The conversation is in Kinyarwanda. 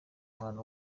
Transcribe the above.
umwana